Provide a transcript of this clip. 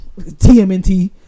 TMNT